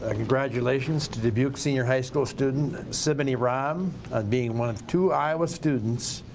congratulations to dubuque senior high school student sibbani rham of being one of two iowa students.